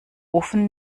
ofen